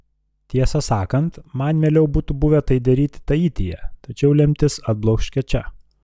tiesą sakant man mieliau būtų buvę tai daryti taityje tačiau lemtis atbloškė čia